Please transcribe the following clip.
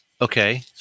Okay